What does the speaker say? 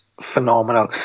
phenomenal